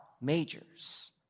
majors